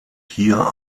hier